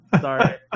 Sorry